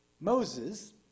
Moses